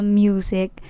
music